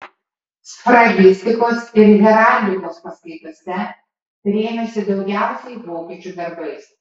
sfragistikos ir heraldikos paskaitose rėmėsi daugiausiai vokiečių darbais